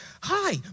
Hi